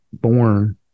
born